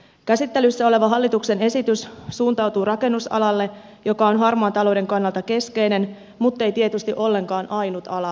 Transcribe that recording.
käsittelyssä oleva hallituksen esitys suuntautuu rakennusalalle joka on harmaan talouden kannalta keskeinen muttei tietysti ollenkaan ainut ala valitettavasti